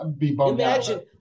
Imagine